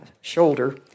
shoulder